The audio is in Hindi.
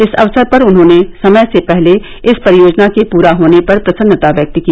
इस अवसर पर उन्होंने समय से पहले इस परियोजना के पुरा होने पर प्रसन्नता व्यक्त की